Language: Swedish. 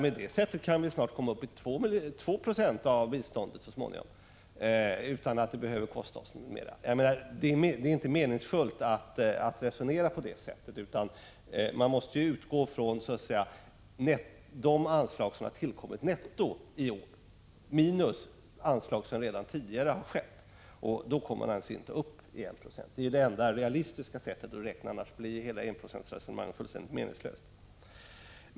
Med den metoden kan vi snart komma uppi 2 Yo av bruttonationalinkomsten i bistånd utan att det behöver kosta oss något mer. Det är emellertid inte meningsfullt att resonera på det sättet, utan man måste utgå ifrån det anslag som har tillkommit netto i år, dvs. anslaget minus de pengar som redan tidigare har beviljats. Då når man inte upp till enprocentsmålet. Det är det enda realistiska sättet att räkna för att inte enprocentsresonemanget skall bli fullständigt meningslöst.